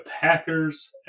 Packers